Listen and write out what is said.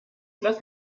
lass